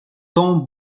temps